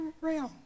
realm